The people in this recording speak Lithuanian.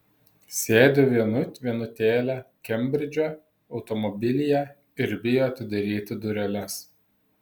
sėdi vienut vienutėlė kembridže automobilyje ir bijo atidaryti dureles